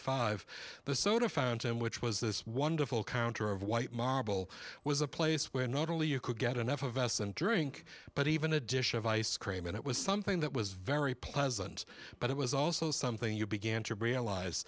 five the soda fountain which was this wonderful counter of white marble was a place where not only you could get enough of s and drink but even a dish of ice cream and it was something that was very pleasant but it was also something you began to realize